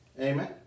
Amen